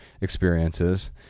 experiences